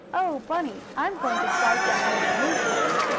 oh, bunny, i'm going to slide down in a new place!